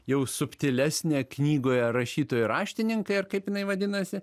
jau subtilesnę knygoje rašytojai raštininkai ar kaip jinai vadinasi